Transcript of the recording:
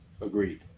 agreed